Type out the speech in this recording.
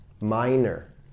minor